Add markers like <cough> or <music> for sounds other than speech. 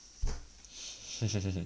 <laughs>